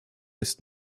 ist